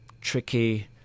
tricky